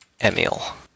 Emil